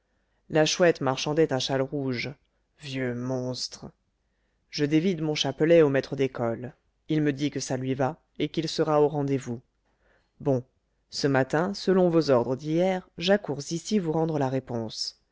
la chouette marchandait un châle rouge vieux monstre je dévide mon chapelet au maître d'école il me dit que ça lui va et qu'il sera au rendez-vous bon ce matin selon vos ordres d'hier j'accours ici vous rendre la réponse